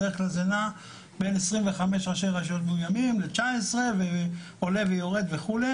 בדרך כלל זה נע בין 25 ראשי רשויות מאויימים ל-19 ועולה ויורד וכו'.